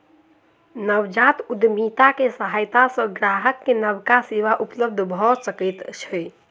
नवजात उद्यमिता के सहायता सॅ ग्राहक के नबका सेवा उपलब्ध भ सकै छै